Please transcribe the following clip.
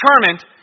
determined